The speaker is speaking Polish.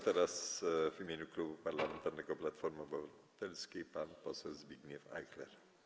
Teraz w imieniu Klubu Parlamentarnego Platforma Obywatelska, pan poseł Zbigniew Ajchler.